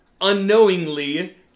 unknowingly